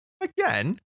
again